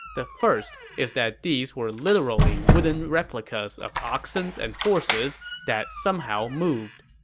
the first is that these were literally wooden replicas of oxens and horses that somehow moved.